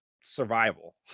survival